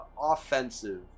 offensive